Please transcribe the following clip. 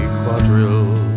quadrille